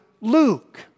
Luke